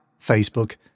Facebook